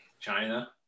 china